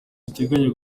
duteganya